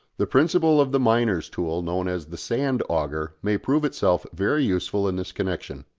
the principle of the miner's tool known as the sand-auger may prove itself very useful in this connection.